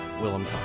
Willem